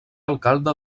alcalde